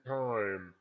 time